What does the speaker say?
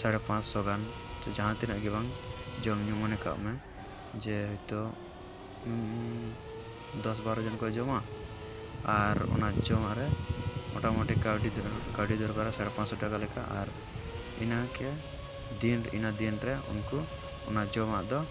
ᱥᱟᱲᱮ ᱯᱟᱸᱥᱥᱚ ᱜᱟᱱ ᱡᱟᱦᱟᱸ ᱛᱤᱱᱟᱹᱜ ᱜᱮ ᱵᱟᱝ ᱡᱚᱢ ᱧᱩ ᱢᱚᱱᱮ ᱠᱟᱜ ᱢᱮ ᱡᱮᱦᱳᱛᱚ ᱫᱚᱥ ᱵᱟᱨᱚᱡᱚᱱ ᱠᱚ ᱡᱚᱢᱟ ᱟᱨ ᱚᱱᱟ ᱡᱚᱢᱟᱜ ᱨᱮ ᱢᱚᱴᱟᱢᱩᱴᱤ ᱠᱟᱹᱣᱰᱤ ᱫᱚ ᱠᱟᱹᱣᱰᱤ ᱫᱚᱨᱠᱟᱨᱚᱜᱼᱟ ᱥᱟᱲᱮ ᱯᱟᱸᱥᱥᱚ ᱴᱟᱠᱟ ᱞᱮᱠᱟ ᱟᱨ ᱤᱱᱟᱹᱜᱮ ᱫᱤᱱ ᱤᱱᱟᱹ ᱫᱤᱱ ᱨᱮ ᱩᱱᱠᱩ ᱚᱱᱟ ᱡᱚᱢᱟᱜ ᱫᱚ